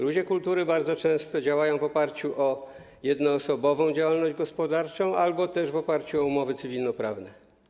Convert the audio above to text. Ludzie kultury bardzo często działają w oparciu o jednoosobową działalność gospodarczą albo też w oparciu o umowy cywilnoprawne.